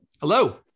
Hello